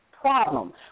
problem